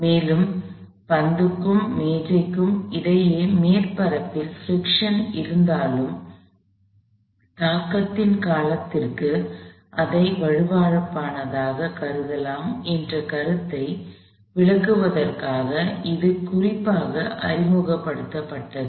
மேலும் பந்துக்கும் மேசைக்கும் இடையே மேற்பரப்பில் பிரிக்ஷன் இருந்தாலும் தாக்கத்தின் காலத்திற்கு அதை வழவழப்பானதாகக் கருதலாம் என்ற கருத்தை விளக்குவதற்காக இது குறிப்பாக அறிமுகப்படுத்தப்பட்டது